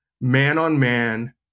man-on-man